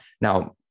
Now